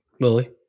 Lily